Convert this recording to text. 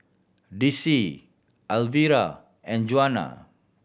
Dicie Alvira and Junia